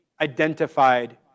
identified